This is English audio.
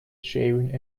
shaving